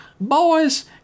boys